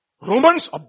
Romans